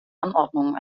anordnungen